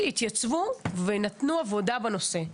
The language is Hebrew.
התייצבו ונתנו עבודה בנושא,